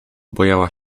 bujała